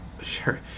Sure